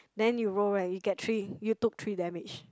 then you roll right you get three you took three damage